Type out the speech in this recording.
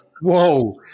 Whoa